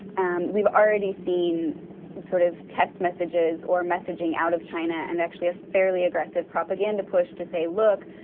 and we've already seen sort of test messages or messaging out of china and actually a fairly aggressive propaganda push to say, look,